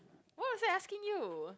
what was I asking you